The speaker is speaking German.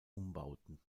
umbauten